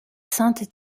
sainte